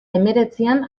hemeretzian